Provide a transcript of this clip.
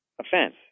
offense